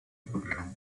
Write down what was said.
program